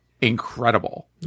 Incredible